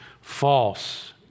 false